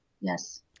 yes